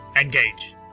Engage